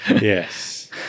yes